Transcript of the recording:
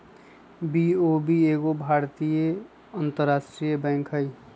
BOB एगो भारतीय अंतरराष्ट्रीय बैंक हइ